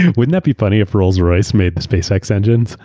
and wouldn't that be funny if rolls-royce made the spacex engines